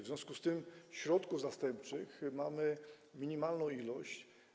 W związku z tym środków zastępczych mamy minimalną ilość.